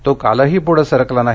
तो कालही पुढे सरकला नाही